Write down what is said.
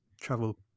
travel